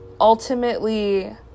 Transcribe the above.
ultimately